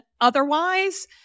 otherwise